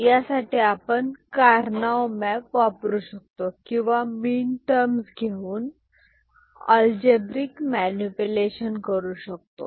यासाठी आपण Karnaugh map वापरू शकतो किंवा मीनटर्म्स घेऊन अल्जिब्रिक मॅनिप्युलेशन करू शकतो